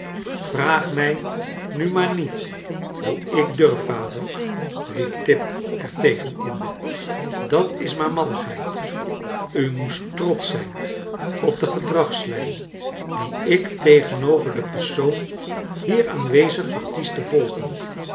vraag mij nu maar niet hoe ik durf vader riep tip er tegen in dat is maar rnalligheid u moest trotsch zijn op de gedragslijn die ik tegenover den persoon hier aanwezig verkies te volgen